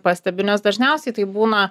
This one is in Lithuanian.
pastebiu nes dažniausiai tai būna